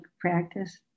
practice